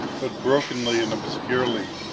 but brokenly and obscurely,